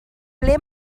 ble